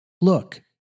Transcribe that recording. Look